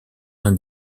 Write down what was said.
vingt